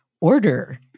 order